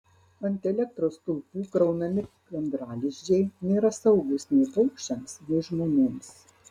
ant elektros stulpų kraunami gandralizdžiai nėra saugūs nei paukščiams nei žmonėms